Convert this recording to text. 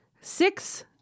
six